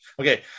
Okay